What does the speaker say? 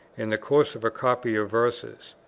in the course of a copy of verses.